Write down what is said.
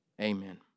Amen